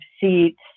seats